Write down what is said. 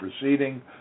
proceeding